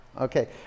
Okay